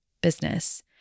business